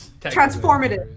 Transformative